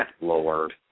Lord